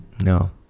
No